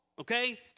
Okay